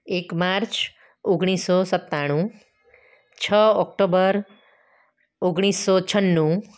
એક માર્ચ ઓગણીસસો સત્તાણું છ ઓક્ટોબર ઓગણીસસો છન્નું